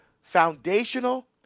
foundational